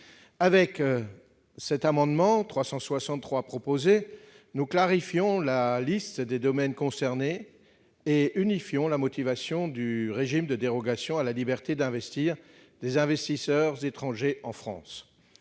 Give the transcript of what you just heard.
Avec cet amendement n° 363 rectifié, nous clarifions la liste des domaines concernés et unifions la motivation du régime de dérogation à la liberté d'investir des investisseurs étrangers en France.